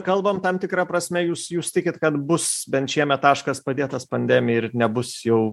kalbam tam tikra prasme jūs jūs tikit kad bus bent šiemet taškas padėtas pandemijai ir nebus jau